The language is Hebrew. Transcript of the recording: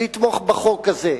לתמוך בחוק הזה,